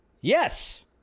yes